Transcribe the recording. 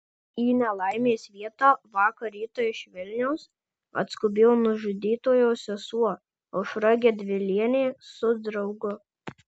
į nelaimės vietą vakar rytą iš vilniaus atskubėjo nužudytojo sesuo aušra gedvilienė su draugu